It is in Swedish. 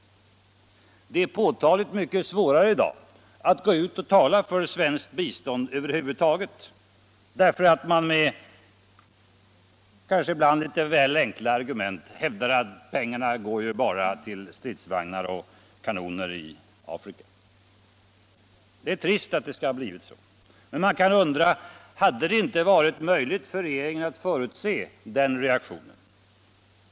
Det är mycket svårare i dag att gå ut och tala för svenskt bistånd över huvud taget, därför att man, ibland kanske med väl enkla argument, hävdar att pengarna bara går till stridsvagnar och kanoner i Afrika. Det är trist att det skall ha blivit så. Men hade det inte varit möjligt för regeringen att förutse den reaktionen?